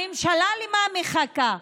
הממשלה, למה מחכה?